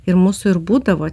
ir mūsų ir būdavo